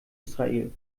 israel